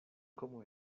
como